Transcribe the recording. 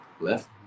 left